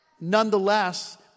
nonetheless